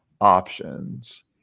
options